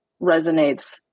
resonates